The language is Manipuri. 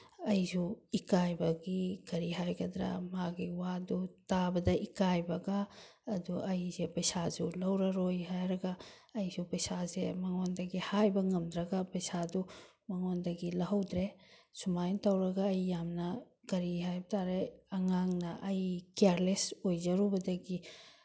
ꯑꯩꯁꯨ ꯏꯀꯥꯏꯕꯒꯤ ꯀꯔꯤ ꯍꯥꯏꯒꯗ꯭ꯔꯥ ꯃꯥꯒꯤ ꯋꯥꯗꯨ ꯇꯥꯕꯗ ꯏꯀꯥꯏꯕꯒ ꯑꯗꯨ ꯑꯩꯁꯦ ꯄꯩꯁꯥꯁꯨ ꯂꯧꯔꯔꯣꯏ ꯍꯥꯏꯔꯒ ꯑꯩꯁꯨ ꯄꯩꯁꯥꯁꯦ ꯃꯉꯣꯟꯗꯒꯤ ꯍꯥꯏꯕ ꯉꯝꯗ꯭ꯔꯒ ꯄꯩꯁꯥꯗꯨ ꯃꯉꯣꯟꯗꯒꯤ ꯂꯧꯍꯧꯗ꯭ꯔꯦ ꯁꯨꯃꯥꯏꯅ ꯇꯧꯔꯒ ꯑꯩ ꯌꯥꯝꯅ ꯀꯔꯤ ꯍꯥꯏꯕ ꯇꯥꯔꯦ ꯑꯉꯥꯡꯅ ꯑꯩ ꯀꯦꯌꯥꯔꯂꯦꯁ ꯑꯣꯏꯖꯔꯨꯕꯗꯒꯤ